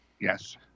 Yes